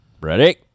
Ready